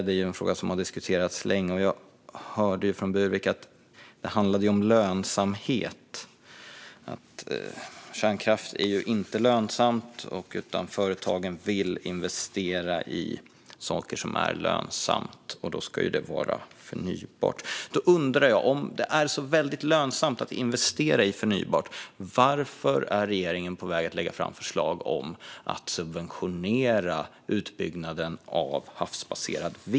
Det är en fråga som har diskuterats länge, och jag hörde från Burwick att det handlar om lönsamhet, att kärnkraft är inte lönsamt, att företagen vill investera i saker som är lönsamma och att det då ska vara förnybart. Då undrar jag: Om det är så väldigt lönsamt att investera i förnybart, varför är regeringen då på väg att lägga fram förslag om att subventionera utbyggnaden av havsbaserad vindkraft?